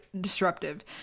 disruptive